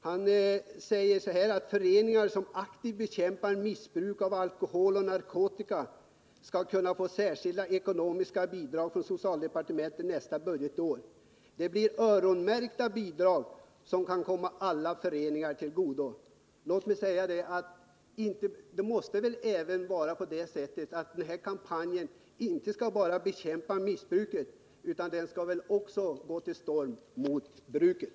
Han säger att föreningar som aktivt bekämpar missbruk av alkohol och narkotika skall kunna få särskilda ekonomiska bidrag från socialdepartementet nästa budgetår. Det blir öronmärkta bidrag som kan komma alla föreningar till godo. Det måste väl vara på det sättet att den här kampanjen inte bara skall bekämpa missbruket, utan den skall väl också gå till storms mot bruket?